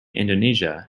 indonesia